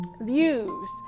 views